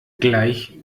gleich